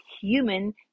human